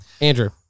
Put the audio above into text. Andrew